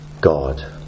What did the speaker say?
God